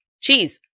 cheese